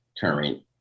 current